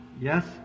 yes